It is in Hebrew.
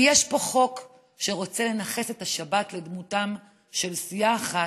כי יש פה חוק שרוצה לנכס את השבת לדמותה של סיעה אחת,